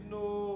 no